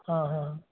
ਹਾਂ ਹਾਂ